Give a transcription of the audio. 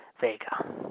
Vega